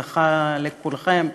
בהצלחה לכולכם.